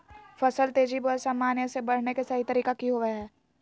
फसल तेजी बोया सामान्य से बढने के सहि तरीका कि होवय हैय?